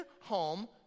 home